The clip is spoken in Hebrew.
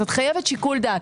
אז את חייבת שיקול דעת.